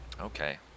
Okay